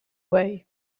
way